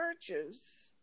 churches